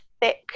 thick